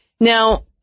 Now